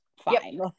fine